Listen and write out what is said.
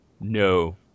no